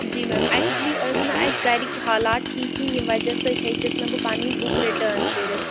جی ma'am اٮ۪کچُلی ٲسۍ نہٕ اَسہِ گَرِکۍ حالات ٹھیٖک کِہی ییٚمۍ وَجہ سۭتۍ ہیٚچِس نہٕ پَنٕنۍ بُک رِٹٲن کٔرِتھ